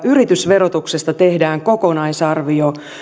yritysverotuksesta tehdään kokonaisarvio